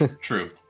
True